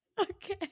Okay